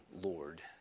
Lord